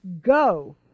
go